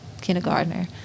kindergartner